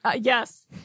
Yes